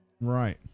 Right